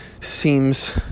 seems